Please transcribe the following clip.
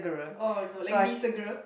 oh no like me as a girl